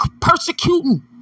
persecuting